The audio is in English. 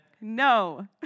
No